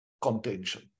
contention